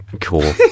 cool